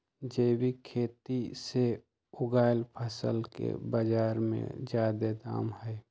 जैविक खेती से उगायल फसल के बाजार में जादे दाम हई